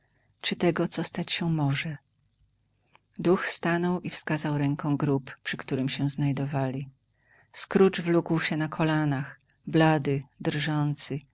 czy tego co stać się może duch stanął i wskazał ręką grób przy którym się znajdowali scrooge wlókł się na kolanach blady drżący